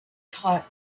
taught